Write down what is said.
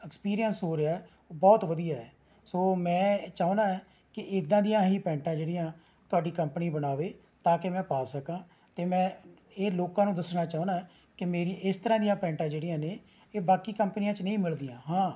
experience ਹੋ ਰਿਹਾ ਬਹੁਤ ਵਧੀਆ ਹੈ ਸੋ ਮੈਂ ਚਾਹੁੰਦਾ ਕਿ ਏਦਾਂ ਦੀਆਂ ਹੀ ਪੈਂਟਾਂ ਜਿਹੜੀਆਂ ਤੁਹਾਡੀ ਕੰਪਨੀ ਬਣਾਵੇ ਤਾਂ ਕਿ ਮੈਂ ਪਾ ਸਕਾਂ ਅਤੇ ਮੈਂ ਇਹ ਲੋਕਾਂ ਨੂੰ ਦੱਸਣਾ ਚਾਹੁੰਦਾ ਕਿ ਮੇਰੀ ਇਸ ਤਰ੍ਹਾਂ ਦੀਆਂ ਪੈਂਟਾਂ ਜਿਹੜੀਆਂ ਨੇ ਇਹ ਬਾਕੀ ਕੰਪਨੀਆਂ 'ਚ ਨਹੀਂ ਮਿਲਦੀਆਂ ਹਾਂ